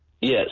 Yes